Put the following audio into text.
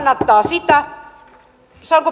saanko puhemies jatkaa